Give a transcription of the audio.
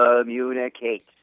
communicate